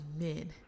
men